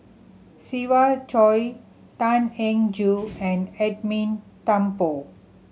Siva Choy Tan Eng Joo and Edwin Thumboo